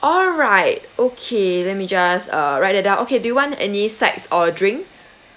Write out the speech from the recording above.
alright okay let me just uh write it out okay do you want any sides or drinks